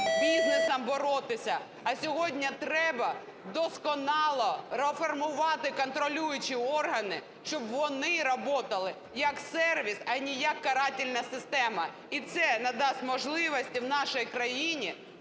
бізнесом боротися, а сьогодні треба досконало реформувати контролюючі органи, щоб вони работали як сервіс, а не як карательная система. І це надасть можливості в нашій країні